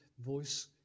voice